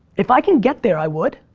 if i can get there i would.